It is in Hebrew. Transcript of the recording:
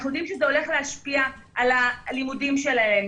אנחנו יודעים שזה הולך להשפיע על הלימודים שלהם,